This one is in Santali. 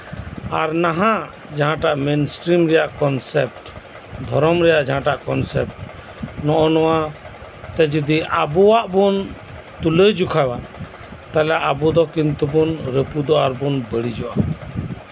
ᱟᱨ ᱱᱟᱦᱟᱜ ᱡᱟᱸᱦᱟ ᱢᱮᱱ ᱤᱥᱴᱤᱨᱤᱢ ᱨᱮᱭᱟᱜ ᱠᱚᱱᱥᱮᱯᱴ ᱫᱷᱚᱨᱚᱢ ᱨᱮᱭᱟᱜ ᱡᱟᱸᱦᱟ ᱠᱚᱱᱥᱮᱯᱴ ᱱᱚᱜᱼᱚ ᱱᱚᱣᱟ ᱛᱮ ᱡᱚᱫᱤ ᱟᱵᱚᱣᱟᱜ ᱵᱚᱱ ᱛᱩᱞᱟᱹ ᱡᱚᱠᱷᱟᱭᱟ ᱛᱟᱦᱞᱮ ᱟᱵᱚ ᱫᱚ ᱠᱤᱱᱛᱩ ᱨᱟᱹᱯᱩᱫᱚᱜᱼᱟ ᱟᱨ ᱵᱚᱱ ᱵᱟᱹᱲᱤᱡᱚᱜᱼᱟ